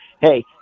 hey